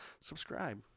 subscribe